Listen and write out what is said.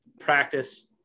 practice